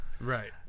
Right